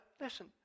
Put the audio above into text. Listen